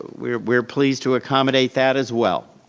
we're we're pleased to accommodate that as well.